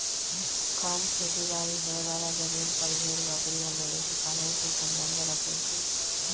कम खेती बारी होय बला जमिन पर भेड़ बकरी आ मवेशी पालन से सम्बन्ध रखई छइ